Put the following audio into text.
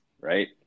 right